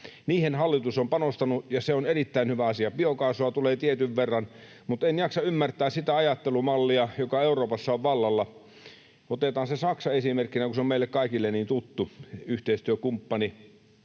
niihin hallitus on panostanut, ja se on erittäin hyvä asia. Biokaasua tulee tietyn verran. Mutta en jaksa ymmärtää sitä ajattelumallia, joka Euroopassa on vallalla. Otetaan se Saksa esimerkkinä, kun se on meille kaikille niin tuttu yhteistyökumppani,